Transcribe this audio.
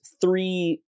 three